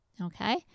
Okay